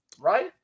right